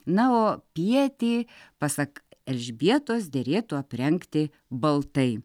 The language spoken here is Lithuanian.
na o pietį pasak elžbietos derėtų aprengti baltai